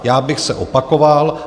Já bych se opakoval.